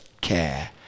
care